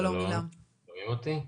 שלום, שומעים אותי?